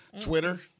Twitter